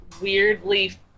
weirdly